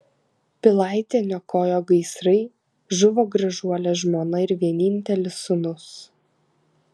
pilaitę niokojo gaisrai žuvo gražuolė žmona ir vienintelis sūnus